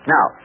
Now